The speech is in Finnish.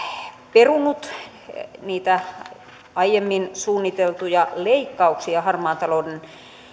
perunut niitä aiemmin suunniteltuja leikkauksia harmaan talouden